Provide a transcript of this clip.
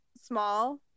small